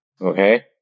okay